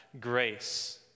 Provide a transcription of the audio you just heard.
grace